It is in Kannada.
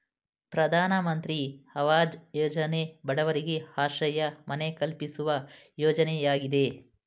ಪ್ರಧಾನಮಂತ್ರಿ ಅವಾಜ್ ಯೋಜನೆ ಬಡವರಿಗೆ ಆಶ್ರಯ ಮನೆ ಕಲ್ಪಿಸುವ ಯೋಜನೆಯಾಗಿದೆ